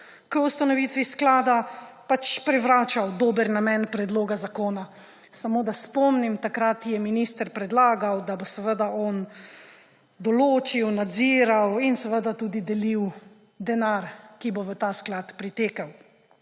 k ustanovitvi sklada prevračal dober namen predloga zakona. Samo da spomnim, takrat je minister predlagal, da bo seveda on določil, nadziral in tudi delil denar, ki bo v ta sklad pritekel.